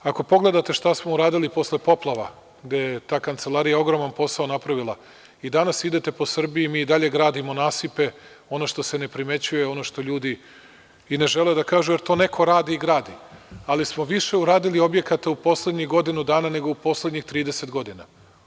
Ako pogledate šta smo uradili posle poplava gde je ta kancelarija ogroman posao napravila i danas idete po Srbiji i mi i dalje gradimo nasipe, ono što se ne primećuje, ono što ljudi i ne žele da kažu, jer to neko radi i gradi, ali smo više uradili objekata u poslednjih godinu dana nego u poslednjih 30 godina.